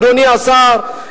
אדוני השר,